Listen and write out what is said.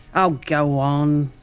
oh go on.